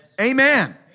Amen